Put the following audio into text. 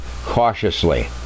cautiously